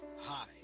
Hi